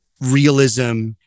realism